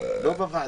לא.